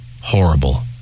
Horrible